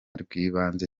rwibanze